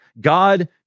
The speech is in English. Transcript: God